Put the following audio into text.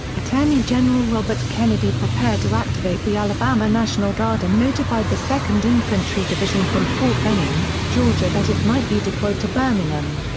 attorney general robert kennedy prepared to activate the alabama national guard and notified the second infantry division from fort benning, georgia that it might be deployed to birmingham.